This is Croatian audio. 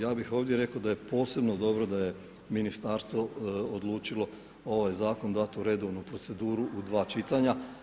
Ja bih ovdje rekao da je posebno dobro da je ministarstvo odlučilo ovaj zakon dati u redovnu proceduru u dva čitanja.